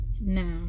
Now